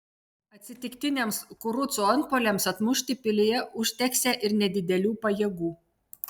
atsitiktiniams kurucų antpuoliams atmušti pilyje užteksią ir nedidelių pajėgų